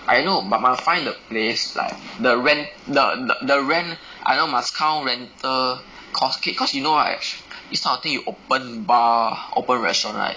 I know but must find the place like the rent the the rent I know must count rental costing cause you know right this kind of thing you open bar open restaurant right